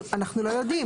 אנחנו לא יודעים.